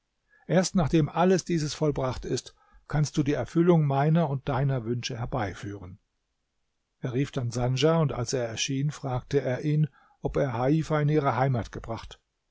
erst nachdem alles dieses vollbracht ist kannst du die erfüllung meiner und deiner wünsche herbeiführen er rief dann sandja und als er erschien fragte er ihn ob er heifa in ihre heimat gebracht